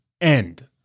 end